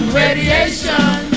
radiation